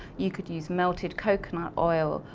you could use melted coconut oil.